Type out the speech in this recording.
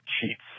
cheats